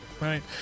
Right